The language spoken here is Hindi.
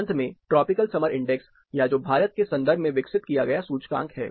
अंत में ट्रॉपिकल समर इंडेक्स या जो भारत के संदर्भ में विकसित किया गया सूचकांक है